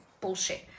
Bullshit